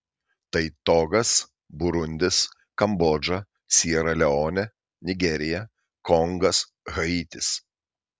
tai togas burundis kambodža siera leonė nigerija kongas haitis